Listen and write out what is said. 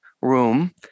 room